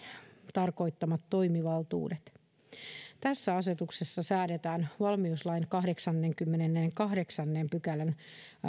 tarkoittamat toimivaltuudet tässä asetuksessa säädetään valmiuslain kahdeksannenkymmenennenkahdeksannen pykälän